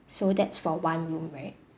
so that's for one room right